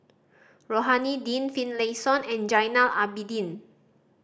Rohani Din Finlayson and Zainal Abidin